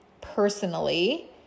personally